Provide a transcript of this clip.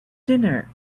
dinner